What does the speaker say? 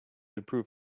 improve